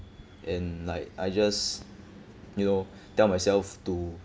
and like I just you know tell myself to